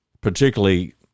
particularly